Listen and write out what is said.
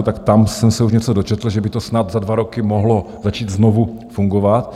Tak tam jsem se už něco dočetl, že by to snad za dva roky mohlo začít znovu fungovat.